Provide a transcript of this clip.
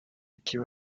give